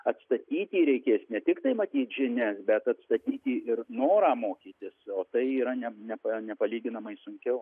atstatyti reikės ne tiktai matyt žinias bet atstatyti ir norą mokytis o tai yra ne nepa nepalyginamai sunkiau